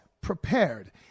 prepared